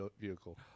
vehicle